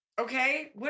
Okay